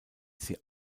sie